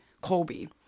Colby